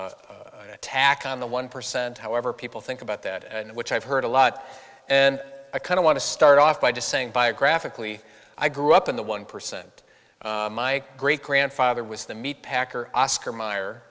attack on the one percent however people think about that which i've heard a lot and i kind of want to start off by just saying biographically i grew up in the one percent my great grandfather was the meat packer oscar